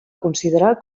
considerar